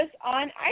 on